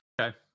Okay